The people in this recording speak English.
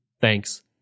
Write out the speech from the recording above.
Thanks